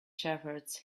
shepherds